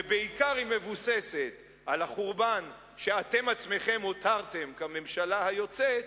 ובעיקר היא מבוססת על החורבן שאתם עצמכם הותרתם כממשלה היוצאת,